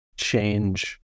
change